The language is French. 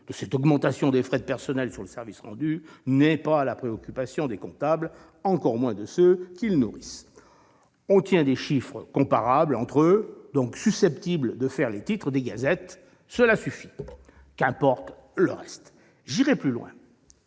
de cette augmentation des frais de personnels sur le service rendu n'est pas la préoccupation des comptables, encore moins de ceux qu'ils nourrissent. On tient des chiffres comparables entre eux, donc susceptibles de faire les titres des gazettes : cela suffit. Qu'importe le reste ! J'irai plus loin